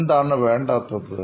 എന്താണ് വേണ്ടാത്തത്